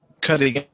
cutting